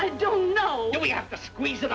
i don't know we have to squeeze it